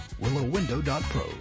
Willowwindow.pro